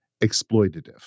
exploitative